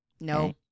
No